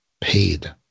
paid